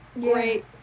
great